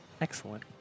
Excellent